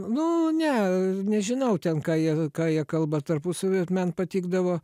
nu ne nežinau ten ką jie ką jie kalba tarpusavy man patikdavo